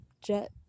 jet